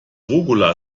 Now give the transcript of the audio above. rucola